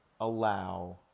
allow